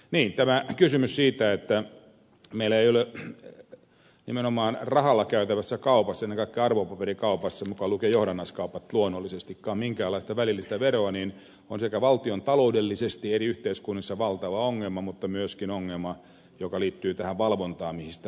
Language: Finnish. niin tämä kysymys siitä että meillä ei ole nimenomaan rahalla käytävässä kaupassa ennen kaikkea arvopaperikaupassa mukaan lukien johdannaiskaupat luonnollisestikaan minkäänlaista välillistä veroa on valtava ongelma sekä valtiontaloudellisesti eri yhteiskunnissa että myöskin ongelma joka liittyy tähän valvontaan mistä ed